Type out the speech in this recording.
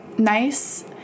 nice